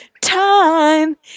time